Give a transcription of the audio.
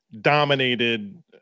dominated